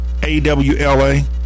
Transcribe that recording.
AWLA